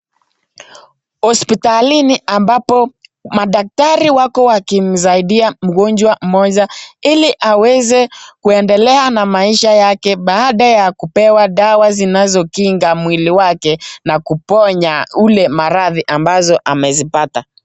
Hospitalini ambapo madaktari wako wakimsaidia mgonjwa mmoja ili aweze kuendelea na maisha yake baada ya kupewa dawa zinazokinga mwili wake na kuponya ule maradhi ambazo amezipata.